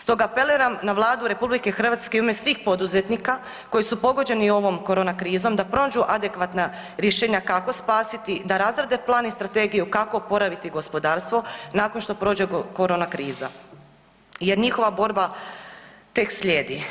Stoga apeliram na Vladu RH u ime svih poduzetnika koji su pogođeni ovom korona krizom da pronađu adekvatna rješenja kako spasiti, da razrade plan i strategiju kako oporaviti gospodarstvo nakon što prođe korona kriza jer njihova borba tek slijedi.